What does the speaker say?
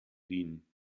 dienen